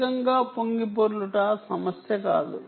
వేగంగా పొంగిపొర్లుట సమస్య కాదు